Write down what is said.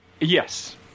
Yes